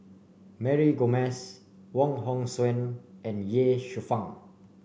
Mary Gomes Wong Hong Suen and Ye Shufang